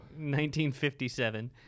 1957